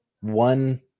One